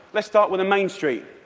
let's start with the main street.